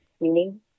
meaning